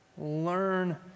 Learn